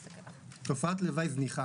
תופעת לוואי זניחה.